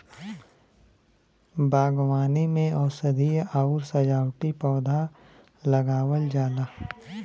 बागवानी में औषधीय आउर सजावटी पौधा लगावल जाला